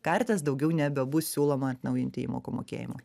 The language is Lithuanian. kartas daugiau nebebus siūloma atnaujinti įmokų mokėjimo